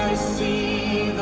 see